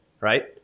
right